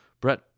Brett